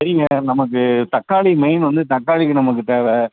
சரிங்க நமக்கு தக்காளி மெயின் வந்து தக்காளிக்கு நமக்கு தேவை